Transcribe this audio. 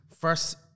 First